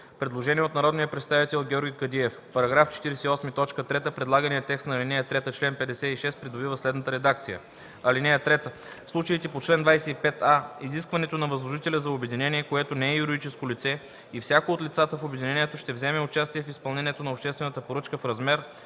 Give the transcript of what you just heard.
Предложение от народния представител Георги Кадиев – в § 48, т. 3 предлаганият текст на ал. 3, чл. 56 придобива следната редакция: „(3) В случаите по чл. 25а изискването на възложителя за обединение, което не е юридическо лице и всяко от лицата в обединението ще вземе участие в изпълнението на обществената поръчка в размер,